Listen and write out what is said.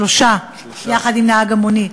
שלושה יחד עם נהג המונית.